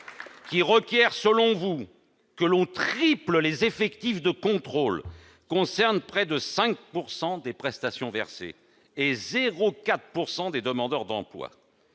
qui requièrent, selon vous, que l'on triple les effectifs chargés du contrôle concernent près de 5 % des prestations versées et 0,4 % des demandeurs d'emploi.